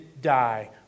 die